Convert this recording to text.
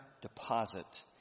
deposit